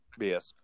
BS